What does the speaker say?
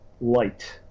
light